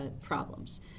problems